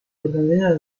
verdadera